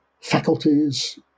faculties